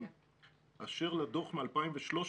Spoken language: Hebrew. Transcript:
אשר לדוח מ-2013,